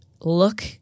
look